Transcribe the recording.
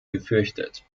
gefürchtet